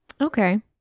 Okay